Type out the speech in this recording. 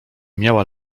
miała